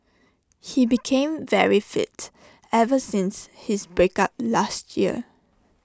he became very fit ever since his break up last year